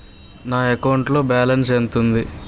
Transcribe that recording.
నా అకౌంట్ లో బాలన్స్ ఎంత ఉంది?